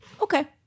Okay